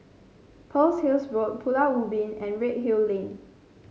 Pearl's Hill Road Pulau Ubin and Redhill Lane